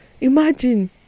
imagine